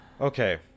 Okay